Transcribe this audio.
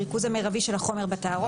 הריכוז המרבי של החומר בתערובת,